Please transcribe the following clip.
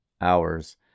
hours